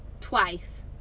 twice